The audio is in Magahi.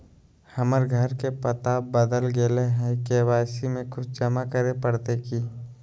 हमर घर के पता बदल गेलई हई, के.वाई.सी में कुछ जमा करे पड़तई की?